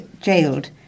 jailed